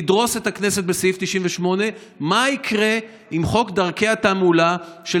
לדרוס את הכנסת בסעיף 98. מה יקרה אם חוק דרכי התעמולה של